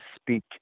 speak